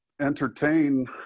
entertain